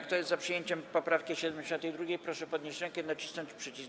Kto jest za przyjęciem poprawki 72., proszę podnieść rękę i nacisnąć przycisk.